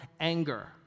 anger